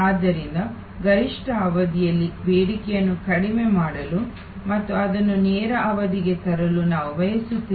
ಆದ್ದರಿಂದ ಗರಿಷ್ಠ ಅವಧಿಯಲ್ಲಿ ಬೇಡಿಕೆಯನ್ನು ಕಡಿಮೆ ಮಾಡಲು ಮತ್ತು ಅದನ್ನು ನೇರ ಅವಧಿಗೆ ತರಲು ನಾವು ಬಯಸುತ್ತೇವೆ